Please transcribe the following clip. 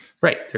Right